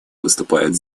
выступает